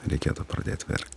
reikėtų pradėt verkt